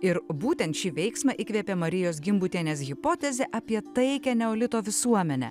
ir būtent šį veiksmą įkvėpė marijos gimbutienės hipotezė apie taikią neolito visuomenę